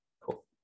cool